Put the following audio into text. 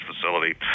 Facility